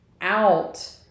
out